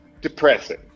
depressing